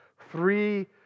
three